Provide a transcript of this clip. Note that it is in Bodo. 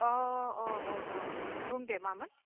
अ अ अ अ बुं दे मामोन